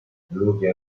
ludzie